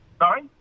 Sorry